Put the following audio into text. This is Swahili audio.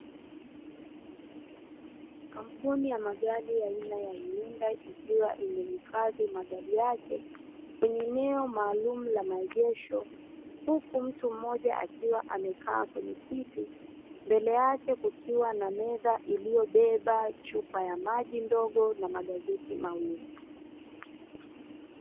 Kampuni ya magari aina ya "YUNDAI" ikiwa imehifadhi magari yake kwenye eneo maalumu la maegesho, huku mtu mmoja akiwa amekaa kwenye kiti mbele yake kukiwa na meza iliyobeba chupa ya maji ndogo na magazeti mawili.